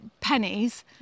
pennies